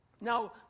Now